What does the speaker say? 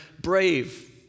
brave